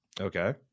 Okay